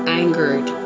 angered